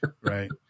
right